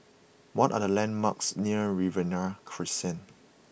what are the landmarks near Riverina Crescent